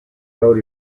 road